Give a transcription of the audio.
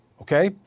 okay